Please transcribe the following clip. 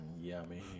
Yummy